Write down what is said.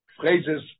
phrases